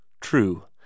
True